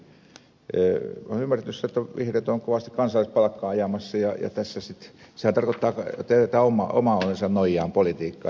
olen ymmärtänyt sillä tavalla että vihreät ovat kovasti kansalaispalkkaa ajamassa ja sehän tarkoittaa jätetään oman onnensa nojaan politiikkaa